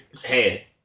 Hey